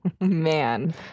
man